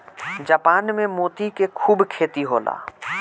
Japan में मोती के खूब खेती होला